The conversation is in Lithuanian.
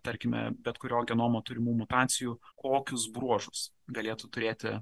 tarkime bet kurio genomo turimų mutacijų kokius bruožus galėtų turėti